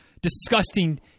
disgusting